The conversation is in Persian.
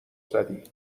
زدی